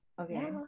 Okay